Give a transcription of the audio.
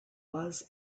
was